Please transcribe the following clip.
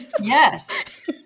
Yes